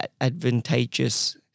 advantageous